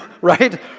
right